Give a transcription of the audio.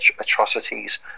atrocities